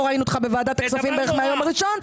ראינו אותך בוועדת הכספים בערך מהיום הראשון.